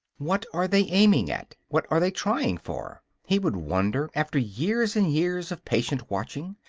what are they aiming at, what are they trying for? he would wonder, after years and years of patient watching.